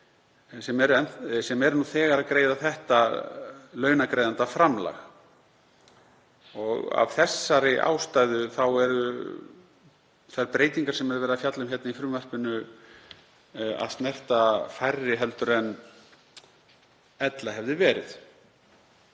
sem eru nú þegar að greiða þetta launagreiðendaframlag. Af þessari ástæðu eru þær breytingar sem verið er að fjalla um í frumvarpinu að snerta færri en ella hefði verið.